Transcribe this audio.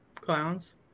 clowns